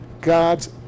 God's